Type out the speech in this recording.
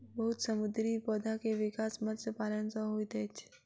बहुत समुद्री पौधा के विकास मत्स्य पालन सॅ होइत अछि